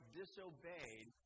disobeyed